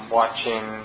watching